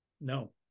No